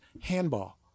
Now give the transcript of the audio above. Handball